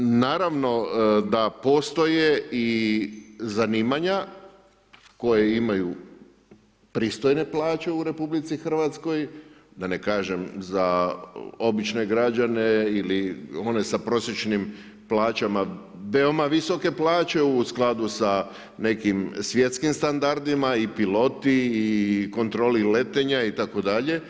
Naravno da postoje i zanimanja koje imaju pristojne plaće u RH da ne kažem za obične građane ili one sa prosječnim plaćama veoma visoke plaće u skladu sa nekim svjetskim standardima i piloti i kontroli letenja itd.